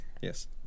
Yes